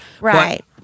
Right